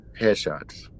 Headshots